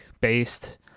based